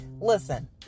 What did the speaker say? listen